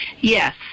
Yes